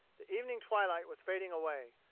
the evening twilight was fading away.